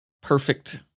perfect